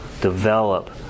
develop